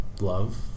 Love